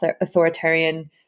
authoritarian